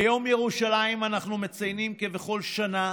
ביום ירושלים אנחנו מציינים כבכל שנה